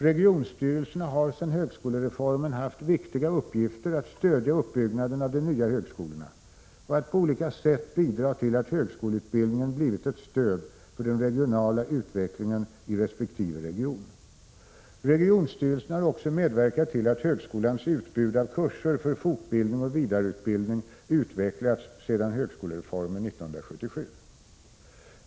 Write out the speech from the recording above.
Regionstyrelserna har sedan högskolereformen infördes haft viktiga uppgifter då det gällt att stödja uppbyggnaden av de nya högskolorna och att på olika sätt bidra till att högskoleutbildningen blivit ett stöd för den regionala utvecklingen i resp. region. Regionstyrelserna har medverkat till att högskolans utbud av kurser för fortbildning och vidareutbildning utvecklats sedan införandet av högskolereformen 1977.